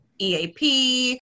EAP